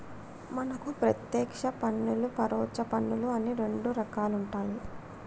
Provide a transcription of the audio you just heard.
మనకు పత్యేక్ష పన్నులు పరొచ్చ పన్నులు అని రెండు రకాలుంటాయి